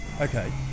Okay